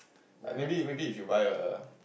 maybe maybe if you buy a